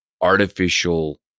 artificial